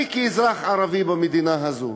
אני, כאזרח ערבי במדינה הזאת,